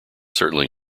certainly